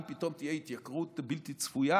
אם פתאום תהיה התייקרות בלתי צפויה